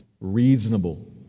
reasonable